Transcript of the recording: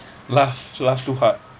laugh laugh too hard